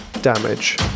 Damage